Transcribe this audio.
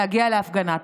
להגיע להפגנה.